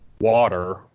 water